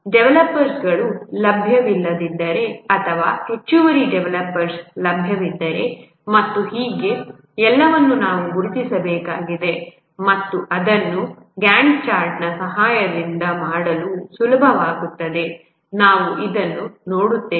ಡೆವಲಪರ್ಗಳು ಲಭ್ಯವಿಲ್ಲದಿದ್ದರೆ ಅಥವಾ ಹೆಚ್ಚುವರಿ ಡೆವಲಪರ್ ಲಭ್ಯವಿದ್ದರೆ ಮತ್ತು ಹೀಗೆ ಎಲ್ಲವನ್ನೂ ನಾವು ಗುರುತಿಸಬೇಕಾಗಿದೆಮತ್ತು ಅದನ್ನು GANTT ಚಾರ್ಟ್ನ ಸಹಾಯದಿಂದ ಮಾಡಲು ಸುಲಭವಾಗುತ್ತದೆ ನಾವು ಇದನ್ನು ನೋಡುತ್ತೇವೆ